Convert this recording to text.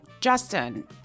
Justin